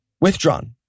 Withdrawn